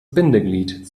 bindeglied